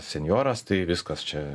senjoras tai viskas čia